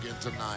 tonight